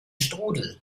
strudel